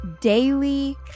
daily